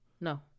No